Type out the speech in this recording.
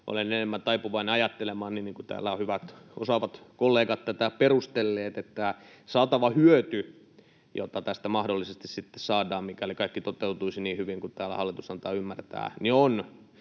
olen enemmän taipuvainen ajattelemaan niin, kuten täällä ovat hyvät, osaavat kollegat tätä perustelleet, että saatava hyöty, jota tästä mahdollisesti sitten saadaan, mikäli kaikki toteutuisi niin hyvin kuin täällä hallitus antaa ymmärtää, on